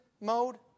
mode